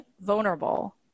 vulnerable